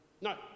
No